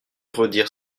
redire